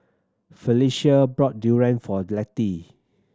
Phylicia brought durian for Letty